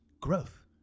growth